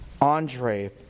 Andre